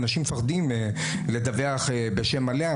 אנשים מפחדים לדווח בשם מלא.